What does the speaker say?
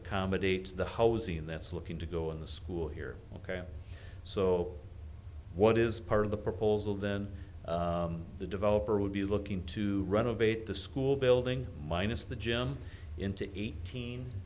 accommodate the housing that's looking to go on the school here ok so what is part of the proposal then the developer would be looking to renovate the school building minus the gym into eighteen